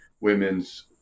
women's